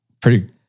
Pretty-